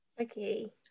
Okay